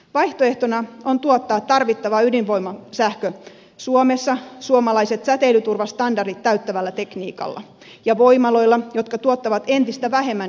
vaihtoehtona on tuottaa tarvittava ydinvoimasähkö suomessa suomalaiset säteilyturvastandardit täyttävällä tekniikalla ja voimaloilla jotka tuottavat entistä vähemmän ydinjätettä